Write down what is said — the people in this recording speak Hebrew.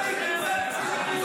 הוא קיבל זמן לדבר, תאפשר לו לדבר.